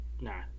nah